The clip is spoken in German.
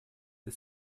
ist